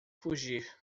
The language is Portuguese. fugir